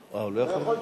נתקבלה.